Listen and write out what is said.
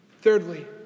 Thirdly